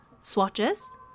swatches